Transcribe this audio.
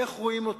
איך רואים אותו?